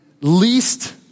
least